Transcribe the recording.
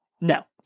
no